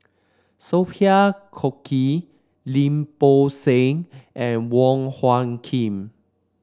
Sophia Cooke Lim Bo Seng and Wong Hung Khim